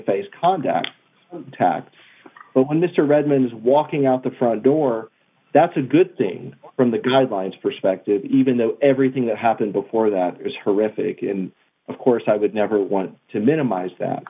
face contact tacked on this to redmond is walking out the front door that's a good thing from the guidelines perspective even though everything that happened before that is horrific and of course i would never want to minimize that